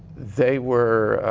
they were